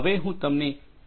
હવે હું તમને પી